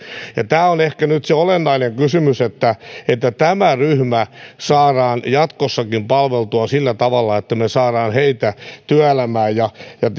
ja tämä on ehkä nyt se olennainen kysymys että että tämä ryhmä saadaan jatkossakin palveltua sillä tavalla että me saamme heitä työelämään